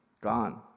Gone